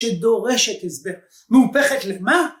שדורשת הסבר, מהופכת למה